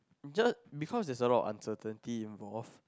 just because there's a lot of uncertainty involved